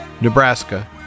Nebraska